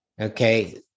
Okay